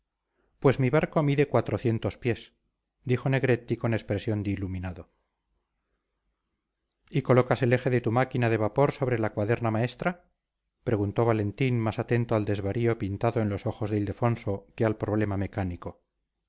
pues mi barco mide cuatrocientos pies dijo negretti con expresión de iluminado y colocas el eje de tu máquina de vapor sobre la cuaderna maestra preguntó valentín más atento al desvarío pintado en los ojos de ildefonso que al problema mecánico